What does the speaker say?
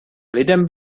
lidem